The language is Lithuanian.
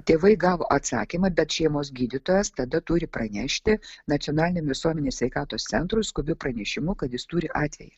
tėvai gavo atsakymą bet šeimos gydytojas tada turi pranešti nacionaliniam visuomenės sveikatos centrui skubiu pranešimu kad jis turi atvejį